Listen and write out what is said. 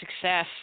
success